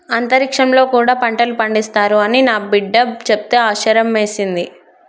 అంతరిక్షంలో కూడా పంటలు పండిస్తారు అని నా బిడ్డ చెప్తే ఆశ్యర్యమేసింది